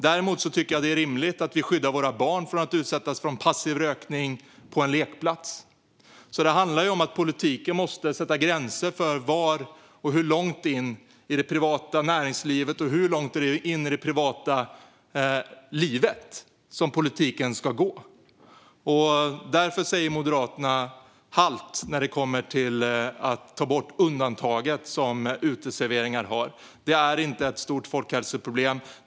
Däremot tycker jag att det är rimligt att vi skyddar våra barn från att utsättas för passiv rökning på en lekplats. Politiken måste sätta gränser för hur långt in i det privata näringslivet och hur långt in i det privata livet den ska gå. Därför säger Moderaterna halt när det kommer till att ta bort det undantag som uteserveringar har. Detta undantag är inte ett stort folkhälsoproblem.